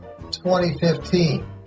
2015